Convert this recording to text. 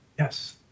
Yes